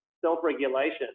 self-regulation